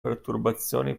perturbazioni